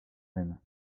même